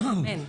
אמן.